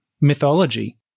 mythology